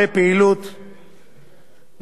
ואפילו למיקי בר מ"צוות חדש",